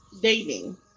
dating